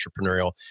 entrepreneurial